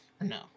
No